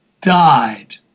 died